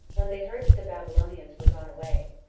when they heard that the babylonians were gone away,